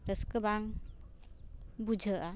ᱨᱟᱹᱥᱠᱟᱹ ᱵᱟᱝ ᱵᱩᱡᱷᱟᱹᱜᱼᱟ